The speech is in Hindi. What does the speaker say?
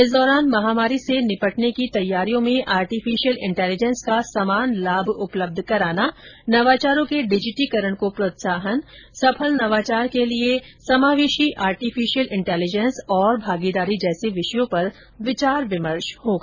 इस दौरान महामारी से निपटने की तैयारियों में आर्टिफिशियल इंटेलिजेंस का समान लाभ उपलब्ध कराना नवाचारों के डिजिटीकरण को प्रोत्साहन सफल नवाचार के लिए समावेशी आर्टिफिशियल इंटेलिजेंस और भागीदारी जैसे विषयों पर विचार विमर्श होगा